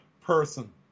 person